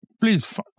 please